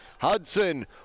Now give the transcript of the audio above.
Hudson